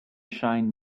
shine